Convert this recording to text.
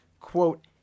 quote